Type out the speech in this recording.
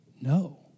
No